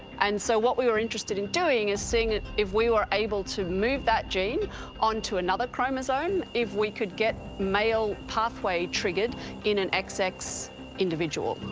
and so what we were interested in doing is seeing if we were able to move that gene onto another chromosome, if we could get male pathway triggered in an xx xx individual.